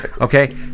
okay